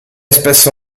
spesso